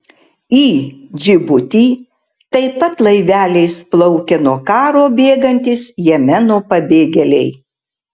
į džibutį taip pat laiveliais plaukia nuo karo bėgantys jemeno pabėgėliai